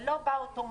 זה לא בא אוטומטי.